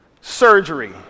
Surgery